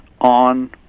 on